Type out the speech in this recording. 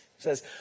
says